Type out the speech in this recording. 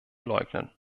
leugnen